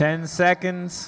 ten seconds